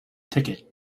ticket